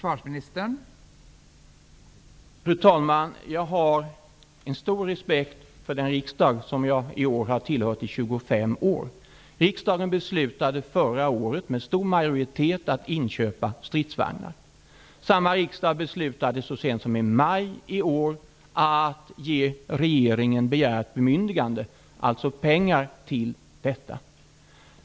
Fru talman! Jag har stor respekt för den riksdag som jag i år har tillhört i 25 år. Riksdagen beslutade förra året med stor majoritet att vi skulle inköpa nya stridsvagnar. Samma riksdag beslutade så sent som i maj i år att ge regeringen ett bemyndigande, alltså pengar, till detta.